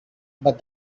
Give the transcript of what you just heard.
but